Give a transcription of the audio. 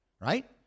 right